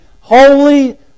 holy